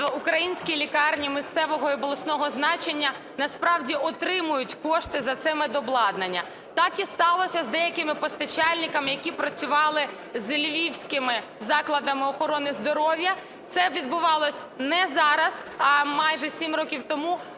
українські лікарні місцевого і обласного значення, насправді отримують кошти за це медобладнання. Так і сталося з деякими постачальниками, які працювали з львівськими закладами охорони здоров'я. Це відбувалося не зараз, а майже сім років тому.